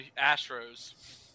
Astros